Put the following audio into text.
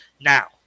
Now